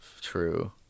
True